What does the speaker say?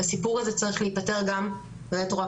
הסיפור הזה צריך להיפתר גם רטרואקטיבית